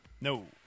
No